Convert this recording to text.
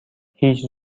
هیچ